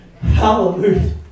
Hallelujah